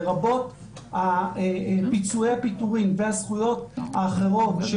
לרבות פיצויי הפיטורים והזכויות האחרות של